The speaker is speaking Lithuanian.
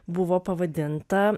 buvo pavadinta